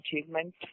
Achievement